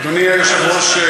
אדוני היושב-ראש,